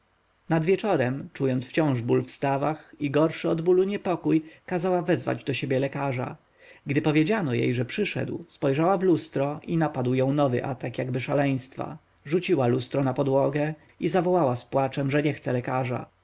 nad wieczorem czując wciąż ból w stawach i gorszy od bólu niepokój kazała wezwać do siebie lekarza gdy powiedziano jej że przyszedł spojrzała w lustro i napadł ją nowy atak jakby szaleństwa rzuciła lustro na podłogę i zawołała z płaczem że nie chce lekarza